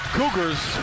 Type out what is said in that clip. Cougars